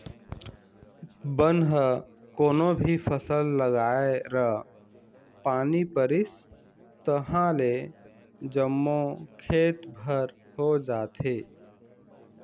बन ह कोनो भी फसल लगाए र पानी परिस तहाँले जम्मो खेत भर हो जाथे